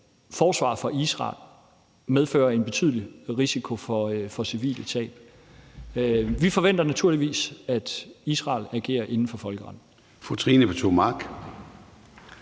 forsvar fra Israel medfører en betydelig risiko for civile tab. Vi forventer naturligvis, at Israel agerer inden for folkeretten.